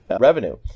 revenue